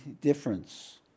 difference